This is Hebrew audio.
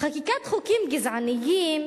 חקיקת חוקים גזעניים,